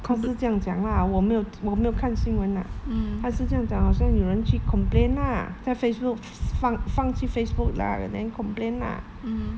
她是这样讲 lah 我没有我没有看新闻 lah 她是这样讲好像有人去 complain lah 在 facebook 放放去 facebook lah and then complain lah